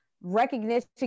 recognition